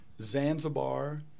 Zanzibar